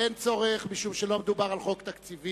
אין צורך, משום שלא מדובר על חוק תקציבי.